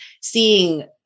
seeing